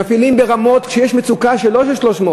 מפעילים ברמות, כשיש מצוקה לא של 300,